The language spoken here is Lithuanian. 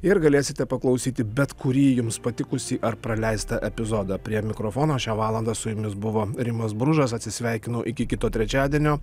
ir galėsite paklausyti bet kurį jums patikusį ar praleistą epizodą prie mikrofono šią valandą su jumis buvo rimas bružas atsisveikinu iki kito trečiadienio